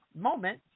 moment